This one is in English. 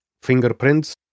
Fingerprints